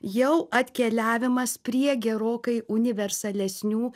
jau atkeliavimas prie gerokai universalesnių